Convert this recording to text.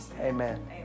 Amen